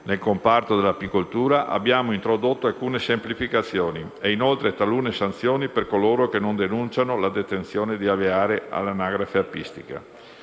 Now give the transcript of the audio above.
nel comparto dell'apicoltura, abbiamo introdotto alcune semplificazioni e talune sanzioni per coloro che non denunciano la detenzione di alveari all'anagrafe apistica.